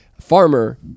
farmer